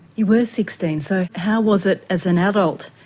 you were sixteen, so how was it as an adult,